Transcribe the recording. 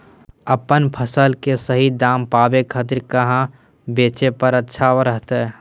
अपन फसल के सही दाम पावे खातिर कहां बेचे पर अच्छा रहतय?